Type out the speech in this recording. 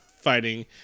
fighting